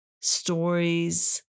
stories